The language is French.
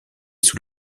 sous